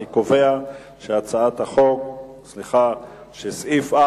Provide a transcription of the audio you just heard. אני קובע שסעיף 4,